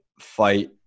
fight